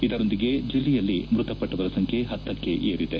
ಇದರೊಂದಿಗೆ ಜಿಲ್ಲೆಯಲ್ಲಿ ಮೃತಪಟ್ಟವರ ಸಂಖ್ಯೆ ಪತ್ತಕ್ಕೆ ಏರಿದೆ